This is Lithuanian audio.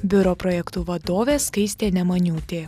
biuro projektų vadovė skaistė nemaniūtė